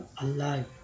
alive